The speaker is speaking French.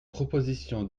propositions